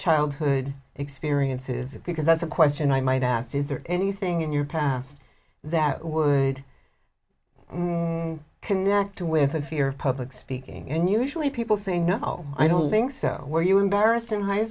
childhood experiences because that's a question i might ask is there anything in your past that would connect with a fear of public speaking and usually people say no i don't think so were you embarrassed in high